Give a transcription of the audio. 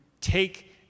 take